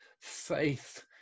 faith